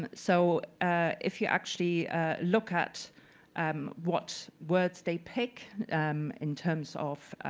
and so if you actually look at um what words they pick in terms of